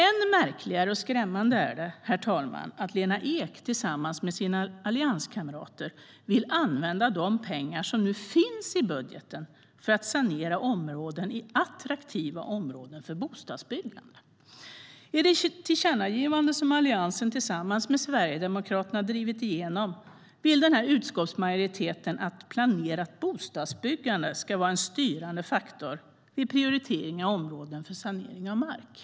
Än märkligare och skrämmande är det, herr talman, att Lena Ek tillsammans med sina allianskamrater vill använda de pengar som finns i budgeten till att sanera områden i attraktiva områden för bostadsbyggande. I det tillkännagivande som Alliansen tillsammans med Sverigedemokraterna har drivit igenom vill denna utskottsmajoritet att planerat bostadsbyggande ska vara en styrande faktor vid prioritering av områden för sanering av mark.